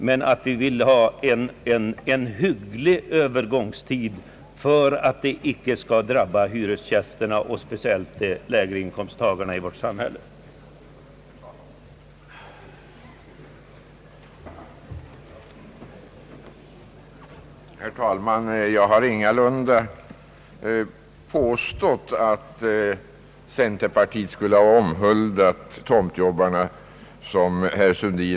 Vi har dock krävt en hygglig övergångstid för att inte regleringens avskaffande skulle drabba hyresgästerna och de lägre inkomsttagarna i vårt samhälle alltför hårt.